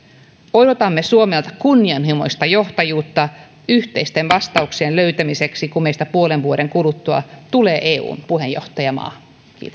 odotamme suomelta kunnianhimoista johtajuutta yhteisten vastausten löytämiseksi kun meistä puolen vuoden kuluttua tulee eun puheenjohtajamaa